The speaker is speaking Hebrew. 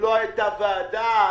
לא הייתה ועדה,